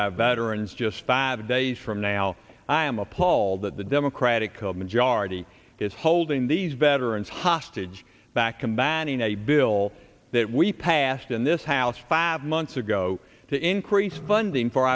veterans just five days from now i am appalled that the democratic old majority is holding these veterans hostage back combating a bill that we passed in this house five months ago to increase funding for